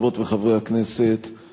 חברות וחברי הכנסת,